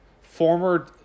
former